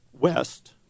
west